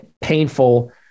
painful